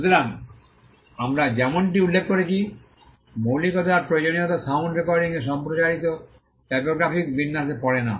সুতরাং আমরা যেমনটি উল্লেখ করেছি মৌলিকতার প্রয়োজনীয়তা সাউন্ড রেকর্ডিংয়ে সম্প্রচারিত টাইপোগ্রাফিক বিন্যাসে পড়ে না